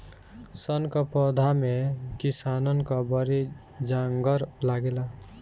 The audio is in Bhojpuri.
सन कअ पौधा में किसानन कअ बड़ी जांगर लागेला